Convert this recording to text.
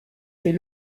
fait